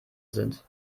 sind